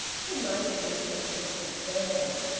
he might at least have put his surname.